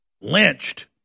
lynched